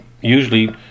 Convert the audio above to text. usually